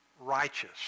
Righteous